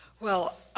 well,